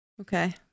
Okay